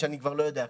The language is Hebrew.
אני כבר לא יודע כמה.